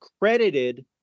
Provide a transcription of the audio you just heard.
credited